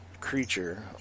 creature